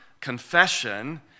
confession